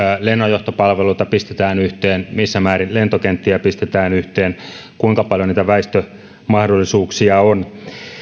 lennonjohtopalveluita pistetään yhteen missä määrin lentokenttiä pistetään yhteen kuinka paljon niitä väistömahdollisuuksia on